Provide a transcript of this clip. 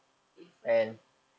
eh fun apa